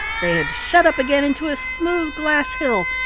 they had shut up again into a smooth glass hill,